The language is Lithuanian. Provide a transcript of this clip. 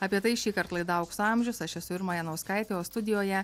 apie tai šįkart laida aukso amžius aš esu irma janauskaitė o studijoje